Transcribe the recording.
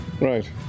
right